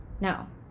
No